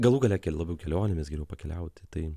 galu gale labiau kelionėmis geriau pakeliauti tai